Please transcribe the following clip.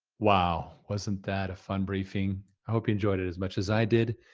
wow wasn't that a fun briefing? i hope you enjoyed it as much as i did.